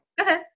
Okay